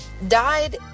died